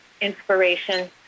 inspiration